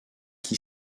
qui